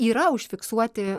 yra užfiksuoti